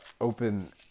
open